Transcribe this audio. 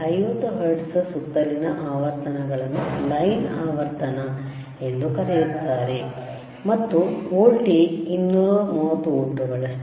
50 ಹರ್ಟ್ಜ್ನ ಸುತ್ತಲಿನ ಆವರ್ತನಗಳನ್ನು ಲೈನ್ ಆವರ್ತನ ಎಂದೂ ಕರೆಯುತ್ತಾರೆ ಮತ್ತು ವೋಲ್ಟೇಜ್ 230 ವೋಲ್ಟ್ಗಳಷ್ಟಿತ್ತು